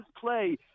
play